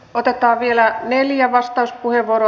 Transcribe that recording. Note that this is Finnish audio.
otetaan vielä neljä vastauspuheenvuoroa